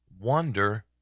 wonder